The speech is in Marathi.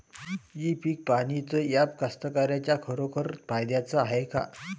इ पीक पहानीचं ॲप कास्तकाराइच्या खरोखर फायद्याचं हाये का?